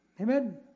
Amen